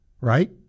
right